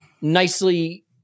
nicely